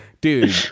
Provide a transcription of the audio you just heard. Dude